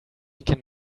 can